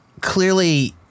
clearly –